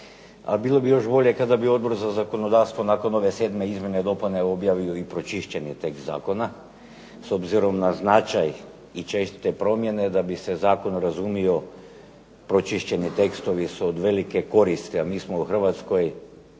bilo bi još bolje kada bi Odbor za zakonodavstvo nakon ove sedme izmjene i dopune objavio i pročišćeni tekst zakona s obzirom na značaj i česte promjene da bi se zakon razumio. Pročišćeni tekstovi su od velike koriste, a mi smo u Hrvatskoj